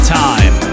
time